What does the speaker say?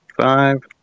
Five